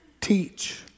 teach